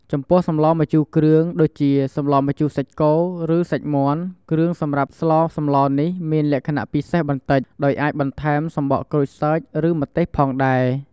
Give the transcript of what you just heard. ចំពោះសម្លម្ជូរគ្រឿង ដូចជា សម្លម្ជូរសាច់គោ ឬសាច់មាន់ គ្រឿងសម្រាប់ស្លសម្លនេះមានលក្ខណៈពិសេសបន្តិច ដោយអាចបន្ថែម សំបកក្រូចសើច ឬម្ទេស ផងដែរ។